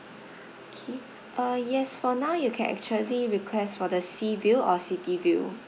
K uh yes for now you can actually request for the sea view or city view